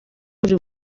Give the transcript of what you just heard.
buri